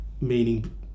meaning